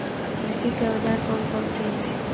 कृषि के औजार कौन कौन से हैं?